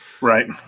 Right